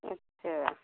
अच्छा